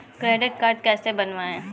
Credit card कैसे बनवाएँ?